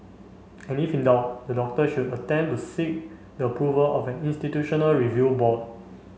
and if in doubt the doctor should attempt to seek the approval of an institutional review board